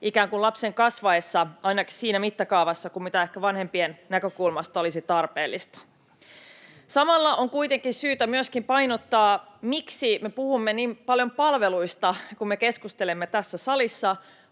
se ei seuraa lapsen kasvaessa ainakaan siinä mittakaavassa kuin mitä ehkä vanhempien näkökulmasta olisi tarpeellista. Samalla on kuitenkin syytä myöskin painottaa, miksi me puhumme niin paljon palveluista, kun me keskustelemme tässä salissa.